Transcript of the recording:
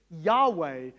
Yahweh